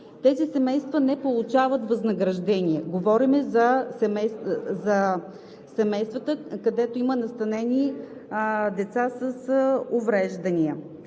тези семейства не получават възнаграждение – говорим за семействата, където има настанени деца с увреждания.